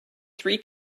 three